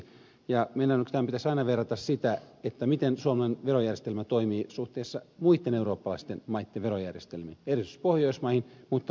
meidän oikeastaan aina pitäisi verrata sitä miten suomalainen verojärjestelmä toimii suhteessa muitten eurooppalaisten maitten verojärjestelmiin erityisesti pohjoismaihin mutta muihinkin eu maihin